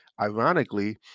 Ironically